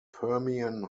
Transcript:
permian